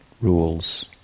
rules